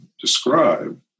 describe